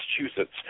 Massachusetts